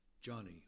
Johnny